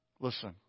Listen